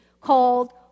called